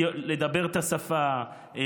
לדבר את השפה,